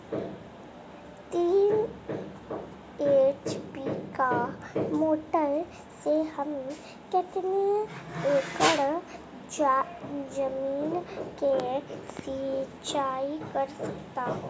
तीन एच.पी की मोटर से हम कितनी एकड़ ज़मीन की सिंचाई कर सकते हैं?